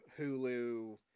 Hulu